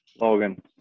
Logan